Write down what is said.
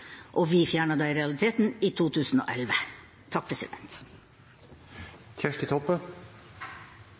og vi fjernet det i realiteten i 2011.